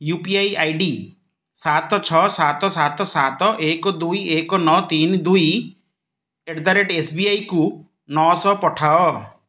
you P I I D ସାତ ଛଅ ସାତ ସାତ ସାତ ଏକ ଦୁଇ ଏକ ନଅ ତିନି ଦୁଇ ଆଟ୍ ଦ ରେଟ୍ ଏସ୍ବିଆଇକୁ ନଅଶହ ପଠାଅ